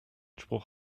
spruch